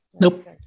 Nope